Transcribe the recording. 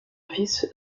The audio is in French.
fils